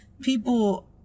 people